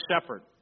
shepherd